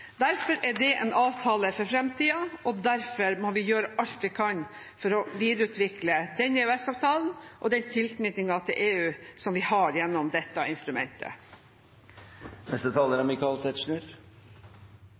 Derfor er det en avtale for framtida, og derfor må vi gjøre alt vi kan for å videreutvikle EØS-avtalen og den tilknytningen til EU som vi har gjennom dette instrumentet.